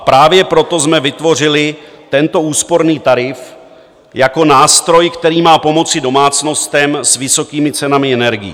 Právě proto jsme vytvořili tento úsporný tarif jako nástroj, který má pomoci domácnostem s vysokými cenami energií.